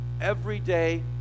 everyday